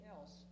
else